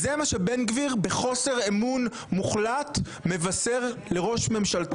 אבל אתמול בשעה 23:14 צייץ בצלאל סמוטריץ'